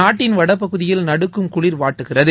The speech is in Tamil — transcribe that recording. நாட்டின் வடபகுதியில் நடுக்கும் குளிர் வாட்டுகிறது